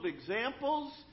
examples